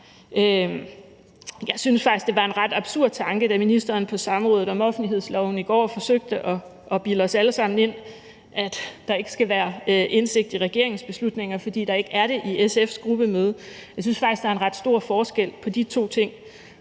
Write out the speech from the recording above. Jeg synes faktisk, det var en ret absurd tanke, da ministeren på samrådet om offentlighedsloven i går forsøgte at bilde os alle sammen ind, at der ikke skal være indsigt i regeringens beslutninger, fordi der ikke er det i SF's gruppemøder. Jeg synes faktisk, at der er en ret stor forskel på de to ting.